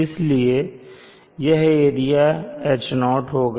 इसलिए यह area H0 होगा